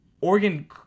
Oregon